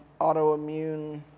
autoimmune